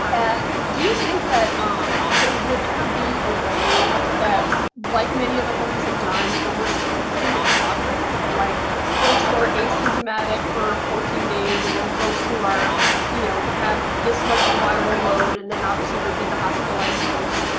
um do you think that um there would ever be a way that, like many other countries have done, that we're sort of put into quadrants of like folks who are asymptomatic for fourteen days, and then folks who you know have this much of a viral load and then obviously there'd be the hospitalized folks,